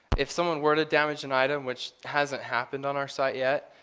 if someone were to damage an item, which hasn't happened on our site yet,